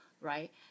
right